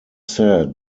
said